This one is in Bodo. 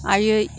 आयै